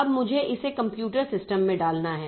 अब मुझे इसे कंप्यूटर सिस्टम में डालना है